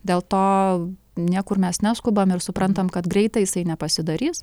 dėl to niekur mes neskubam ir suprantam kad greitai jisai nepasidarys